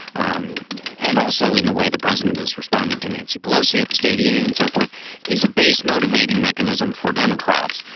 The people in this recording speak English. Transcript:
um and also in the way the president is responding to nancy pelosi at the state of the union and so forth is a base motivating mechanism for democrats.